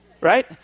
right